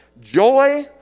joy